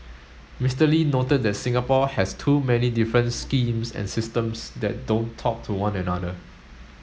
Mister Lee noted that Singapore has too many different schemes and systems that don't talk to one another